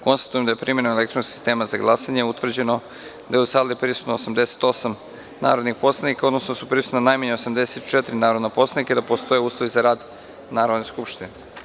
Konstatujem da je primenom elektronskog sistema za glasanje utvrđeno da je u saliprisutno 88 narodnih poslanika, odnosno da su prisutna najmanje 84 narodna poslanika i da postoje uslovi za rad Narodne skupštine.